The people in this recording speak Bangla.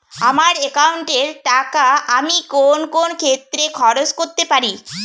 আমার একাউন্ট এর টাকা আমি কোন কোন ক্ষেত্রে খরচ করতে পারি?